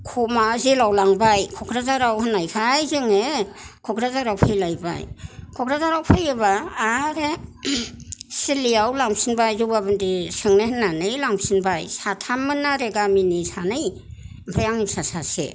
खमा जेलाव लांबाय कक्राझाराव होननायखाय जोङो कक्राझाराव फैलायबाय कक्राझाराव फैयोबा आरो सिलियाव लांफिनबाय जमाबन्दि सोंनो होननानै लांफिनबाय साथाम मोन आरो गामिनि सानै ओमफ्राय आंनि फिसा सासे